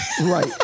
Right